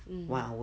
mm